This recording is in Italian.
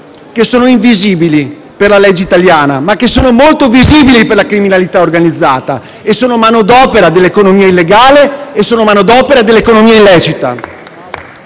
che sono invisibili per la legge italiana, ma che sono molto visibili per la criminalità organizzata e sono manodopera per l'economia illegale e l'economia illecita.